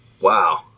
Wow